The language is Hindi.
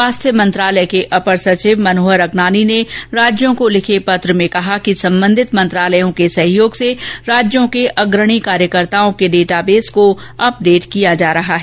स्वास्थ्य मंत्रालय के अपर सचिव मनोहर अगनानी ने राज्यों को लिखे पत्र में कहाँ कि संबंधित मंत्रालयों के सहयोग से राज्यों के अग्रणी कार्यकर्ताओं के डेटाबेस को अपडेट किया जा रहा है